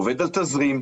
עובד על תזרים,